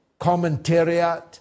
commentariat